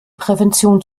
prävention